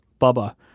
Bubba